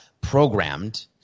programmed